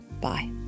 Bye